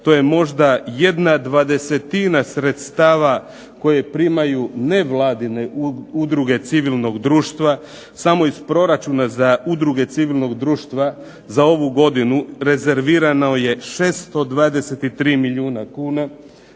to je možda jedna dvadesetina sredstava koje primaju nevladine udruge civilnog društva. Samo iz proračuna za udruge civilnog društva za ovu godinu rezervirano je 623 milijuna kuna,